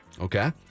Okay